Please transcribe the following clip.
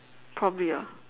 probably ah